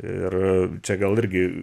ir čia gal irgi